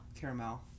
Caramel